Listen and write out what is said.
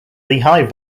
lehigh